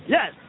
Yes